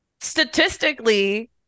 statistically